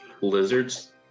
lizards